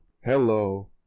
Hello